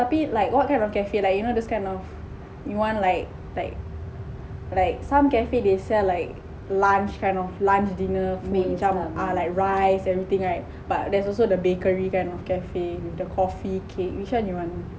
tapi like what kind of cafe you know this kind of you want like like like some cafe they sell like lunch kind or lunch dinner ah like rice everything right but there is also the bakery kan of cafe with the coffee cake which one you want